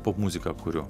popmuziką kuriu